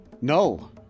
No